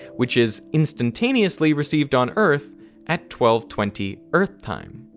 which is instantaneously received on earth at twelve twenty earth time.